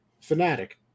Fanatic